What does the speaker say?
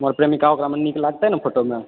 हमर प्रेमिका ओकरामे नीक लागतै ने फोटूमे